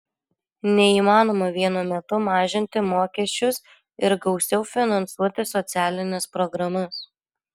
neįmanoma vienu metu mažinti mokesčius ir gausiau finansuoti socialines programas